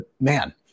man